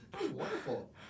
wonderful